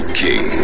king